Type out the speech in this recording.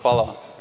Hvala.